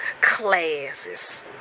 classes